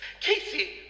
Casey